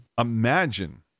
imagine